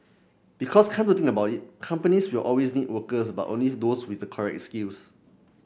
because come to think about it companies will always need workers but only those with correct skills